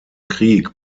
krieg